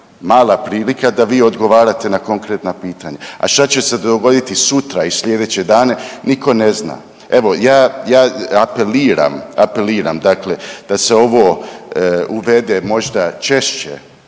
mala prilika da vi odgovarate na konkretna pitanja. A šta će se dogoditi sutra i slijedeće dane nitko ne zna. Evo, ja, ja, apeliram, apeliram dakle da se ovo uvede možda češće